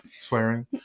Swearing